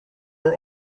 were